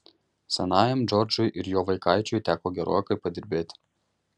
senajam džordžui ir jo vaikaičiui teko gerokai padirbėti